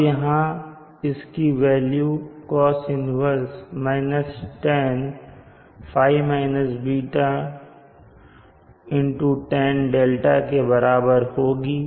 अब यहां इसकी वेल्यू Cos 1 tan ϕ ß tan 𝛿 के बराबर होगी